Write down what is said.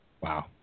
Wow